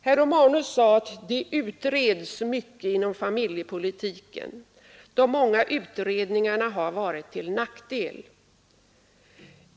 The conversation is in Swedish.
Herr Romanus sade här att det utreds så mycket inom familjepolitiken och att de många utredningarna har varit till nackdel.